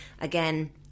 again